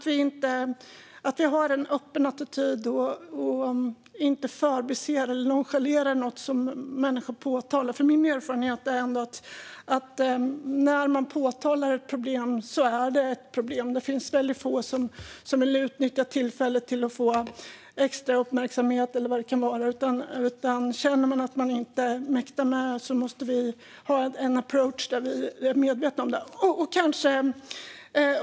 Vi bör ha en öppen attityd och inte förbise eller nonchalerara något som människor påtalar, för min erfarenhet är att när man påtalar ett problem så finns det ett problem. Det är väldigt få som vill utnyttja tillfället för att få extra uppmärksamhet eller vad det kan vara. Om man känner att man inte mäktar med måste vi ha en approach där vi är medvetna om det.